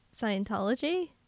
Scientology